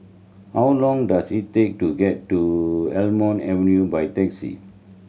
how long does it take to get to Almond Avenue by taxi